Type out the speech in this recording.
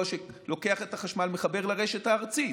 שלוקח את החשמל ומחבר לרשת הארצית.